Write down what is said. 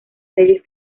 leyes